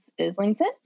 Islington